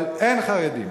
אבל אין חרדים.